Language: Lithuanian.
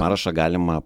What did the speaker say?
parašą galima